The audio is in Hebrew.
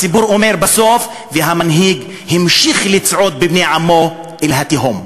הסיפור אומר בסוף שהמנהיג המשיך להצעיד את בני עמו אל התהום.